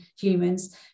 humans